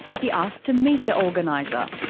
he asked to meet the organiser.